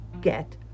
get